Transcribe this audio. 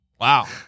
Wow